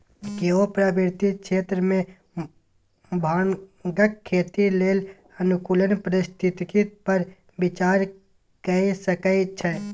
केओ पर्वतीय क्षेत्र मे भांगक खेती लेल अनुकूल परिस्थिति पर विचार कए सकै छै